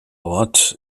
ort